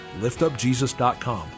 liftupjesus.com